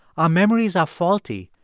our memories are faulty,